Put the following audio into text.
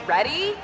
Ready